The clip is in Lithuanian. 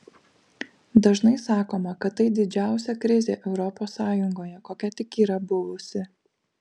dažnai sakoma kad tai didžiausia krizė europos sąjungoje kokia tik yra buvusi